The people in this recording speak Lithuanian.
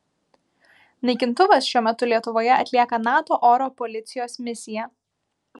naikintuvas šiuo metu lietuvoje atlieka nato oro policijos misiją